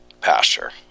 pasture